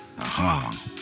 aha